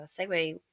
segue